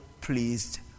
pleased